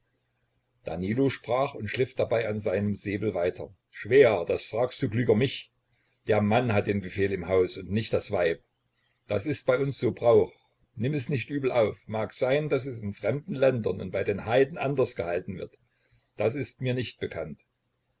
danilo sprach und schliff dabei an seinem säbel weiter schwäher das fragst du klüger mich der mann hat den befehl im haus und nicht das weib das ist bei uns so brauch nimm es nicht übel auf mag sein daß es in fremden ländern und bei den heiden anders gehalten wird das ist mir nicht bekannt